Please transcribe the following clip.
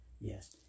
Yes